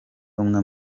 umwe